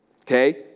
okay